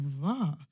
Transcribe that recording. wow